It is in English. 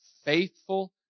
Faithful